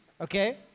okay